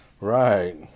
Right